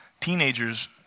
teenagers